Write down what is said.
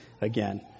again